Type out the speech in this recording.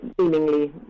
seemingly